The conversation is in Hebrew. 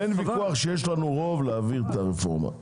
אין ויכוח שיש לנו רוב להעביר את הרפורמה.